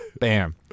Bam